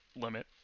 limit